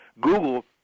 Google